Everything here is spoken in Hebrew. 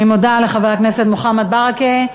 אני מודה לחבר הכנסת מוחמד ברכה.